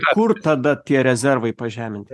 kur tada tie rezervai pažeminti